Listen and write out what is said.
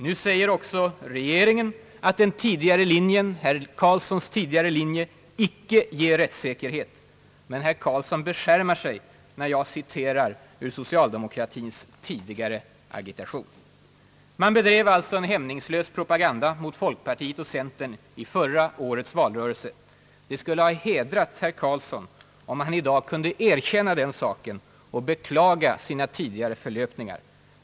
Nu säger också regeringen att herr Karlssons tidigare linje icke ger rättssäkerhet — men herr Karlsson beskärmar sig när jag citerar ur socialdemokratins tidigare agitation. Man bedrev alltså en hämningslös propaganda mot folkpartiet och centerpartiet i förra årets valrörelse. Det skulle ha hedrat herr Karlsson, om han kun de erkänna den saken och beklaga tidigare förlöpningar.